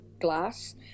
glass